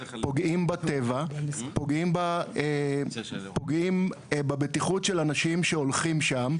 פוגעים בטבע ופוגעים בבטיחות של אנשים שהולכים שם.